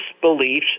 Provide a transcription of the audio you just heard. beliefs